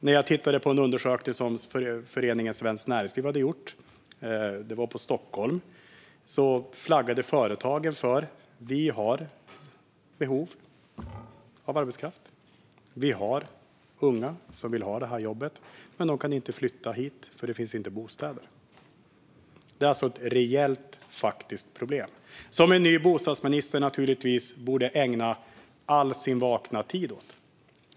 När jag tittade på en undersökning som föreningen Svenskt Näringsliv hade gjort för Stockholm flaggade företagen för att de har behov av arbetskraft, att det finns unga som vill ha jobben, men de unga kan inte flytta hit eftersom det inte finns bostäder. Detta är ett reellt, faktiskt problem som en ny bostadsminister naturligtvis borde ägna all sin vakna tid åt.